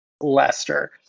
Leicester